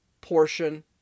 portion